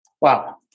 Wow